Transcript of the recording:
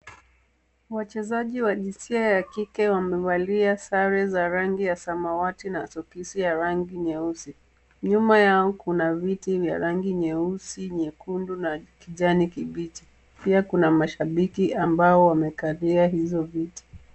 Wachezaji wa jinsia ya kike wamevalia sare za rangi ya samawati na soksi ya rangi nyeusi. Nyuma yao kuna viti vya rangi nyeusi, nyekundu na kijani kibichi. Pia kuna mashabiki ambao wamekalia hizo viti.